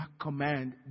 command